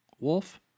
Wolf